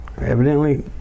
evidently